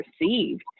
received